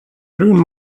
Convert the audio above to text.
brun